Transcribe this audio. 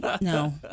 no